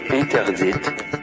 interdite